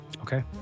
Okay